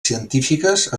científiques